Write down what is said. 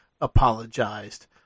apologized